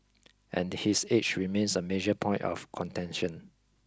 and his age remains a major point of contention